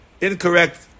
incorrect